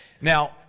Now